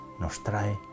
nostrae